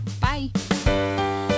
Bye